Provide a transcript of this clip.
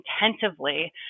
intensively